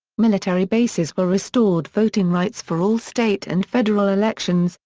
military bases were restored voting rights for all state and federal elections,